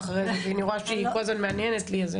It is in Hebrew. כי אני רואה שהיא כל הזמן מהנהנת לי.